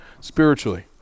spiritually